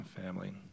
family